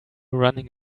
running